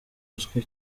uzwi